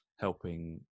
helping